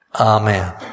Amen